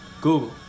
Google